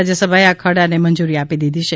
રાજ્યસભાએ આ ખરડાને મંજૂરી આપી દીધી છે